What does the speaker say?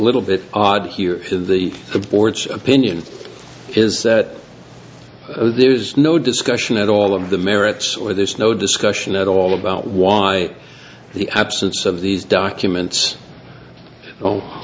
little bit odd here of the aborts opinion is that there is no discussion at all of the merits or there's no discussion at all about why the absence of these documents o